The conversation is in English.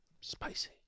Spicy